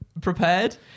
prepared